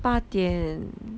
八点